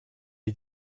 est